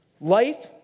Life